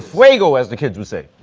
fuego, as the kids would say.